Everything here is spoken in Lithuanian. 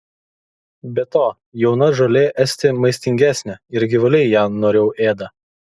be to jauna žolė esti maistingesnė ir gyvuliai ją noriau ėda